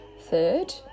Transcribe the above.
third